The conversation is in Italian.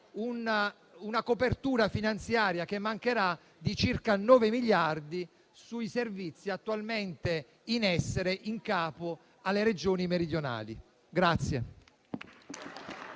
copertura finanziaria di circa 9 miliardi sui servizi attualmente in essere in capo alle Regioni meridionali.